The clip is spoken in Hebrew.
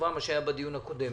מה שהיה בדיון הקודם